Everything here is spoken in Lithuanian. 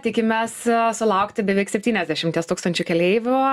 tikimės sulaukti beveik septyniasdešimties tūkstančių keleivių